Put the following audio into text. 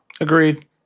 Agreed